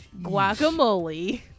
guacamole